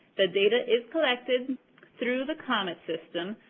the data is collected through the comet system,